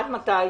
עד מתי?